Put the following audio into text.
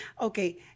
okay